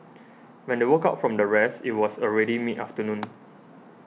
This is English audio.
when they woke up from their rest it was already mid afternoon